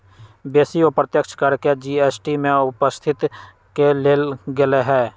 बेशी अप्रत्यक्ष कर के जी.एस.टी में उपस्थित क लेल गेलइ ह्